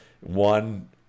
one